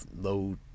low